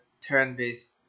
turn-based